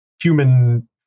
human